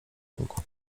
budynku